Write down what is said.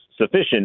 sufficient